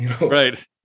right